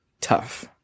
Tough